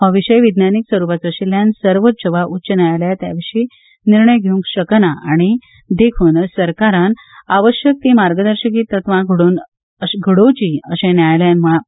हो विशय विज्ञानीक स्वरुपाचो आशिल्ल्यान सर्वोच्च वा उच्च न्यायालया ताचे विशीं निर्णय घेवंक शकना आनी देखून सरकारान आवश्यक ती मार्गदर्शक तत्वां घडोवची अशें न्यायालयान म्हळां